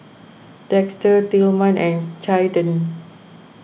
Dexter Tilman and Caiden